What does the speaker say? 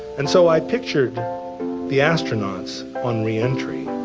and so i pictured the astronauts on re-entry.